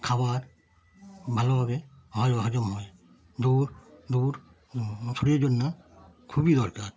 খাবার ভালোভাবে হজো হজম হয় দৌড় দৌড় শরীরের জন্য খুবই দরকার